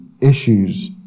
issues